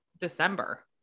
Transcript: December